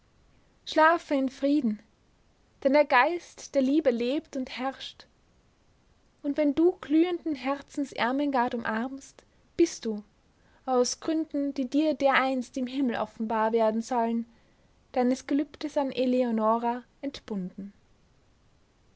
schlafe in frieden denn der geist der liebe lebt und herrscht und wenn du glühenden herzens ermengard umarmst bist du aus gründen die dir dereinst im himmel offenbar werden sollen deines gelübdes an eleonora entbunden